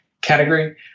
category